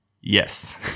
Yes